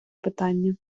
питання